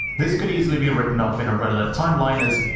this could easily be written off in a red alert timeline as,